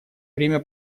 время